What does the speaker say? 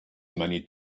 many